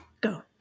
go